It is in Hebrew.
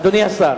אדוני השר.